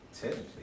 Technically